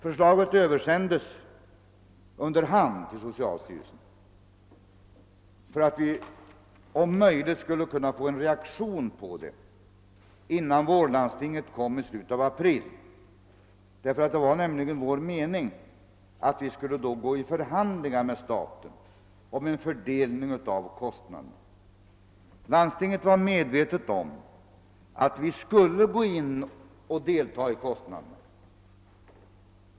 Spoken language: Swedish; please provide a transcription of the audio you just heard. Förslaget översändes så snart det utarbetats till socialstyrelsen för att vi om möjligt skulle kunna få en reaktion på det före vårlandstinget i slutet av april. Avsikten var nämligen att vi skulle ta upp förhandlingar med staten om en fördelning av kostnaderna. Landstinget var inställt på att bidraga till kostnaderna.